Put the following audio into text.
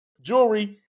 Jewelry